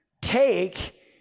take